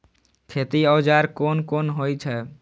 खेती औजार कोन कोन होई छै?